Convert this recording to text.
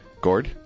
Gord